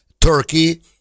Turkey